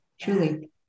truly